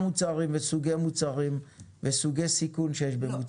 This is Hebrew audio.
הם דיברו על קבוצות מוצרים וסוגי מוצרים וסוגי סיכונים שיש במוצרים.